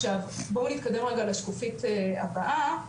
בואו נתקדם רגע לשקופית הבאה.